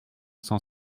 cent